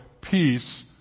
peace